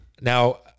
Now